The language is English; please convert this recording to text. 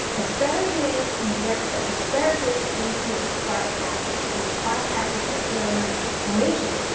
asparaginase converts the asparagine into aspartic acid which bypasses acrylamide formation.